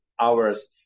hours